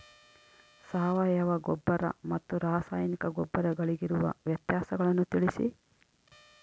ಸಾವಯವ ಗೊಬ್ಬರ ಮತ್ತು ರಾಸಾಯನಿಕ ಗೊಬ್ಬರಗಳಿಗಿರುವ ವ್ಯತ್ಯಾಸಗಳನ್ನು ತಿಳಿಸಿ?